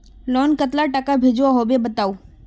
Loan कतला टाका भेजुआ होबे बताउ?